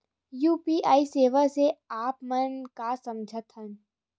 UPI सेवा से आप मन का समझ थान?